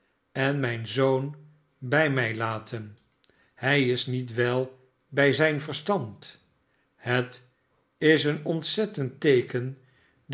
en mijn zoon bij mij laten hij is niet wel bij zijn verstand het is een ontzettend teeken